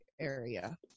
area